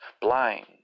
blind